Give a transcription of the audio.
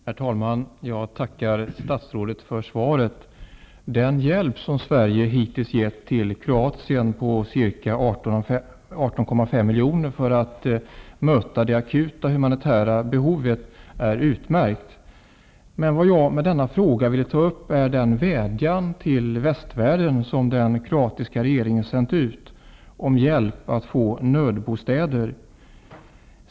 Herr talman! Jag tackar statsrådet för svaret. Den hjälp som Sverige hittills har givit till Kroatien på ca 18,5 milj.kr. för att möta det akuta humanitära behovet är utmärkt. Vad jag med denna fråga vill ta upp är den vädjan till västvärlden som den kroatiska regeringen har sänt ut om hjälp med att få nödbostäder.